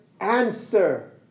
answer